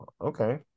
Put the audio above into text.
okay